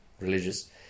religious